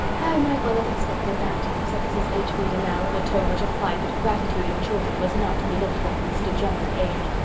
i might well have expected that, said mrs. h. b. donnell, in a tone which implied that gratitude in children was not to be looked for in this degenerate age.